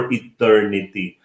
eternity